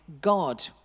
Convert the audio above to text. God